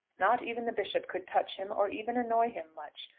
not even the bishop could touch him or even annoy him much.